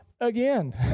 again